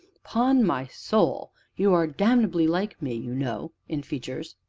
pon my soul! you are damnably like me, you know, in features.